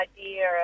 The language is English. idea